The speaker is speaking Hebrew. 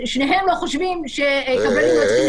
שניהם לא חושבים שקבלנים לא צריכים